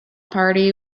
party